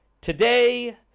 Today